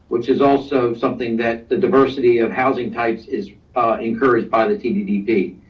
which is also something that the diversity of housing types is encouraged by the tddp.